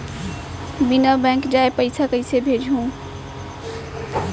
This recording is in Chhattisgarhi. बिना बैंक जाए पइसा कइसे भेजहूँ?